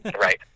Right